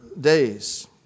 days